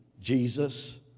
Jesus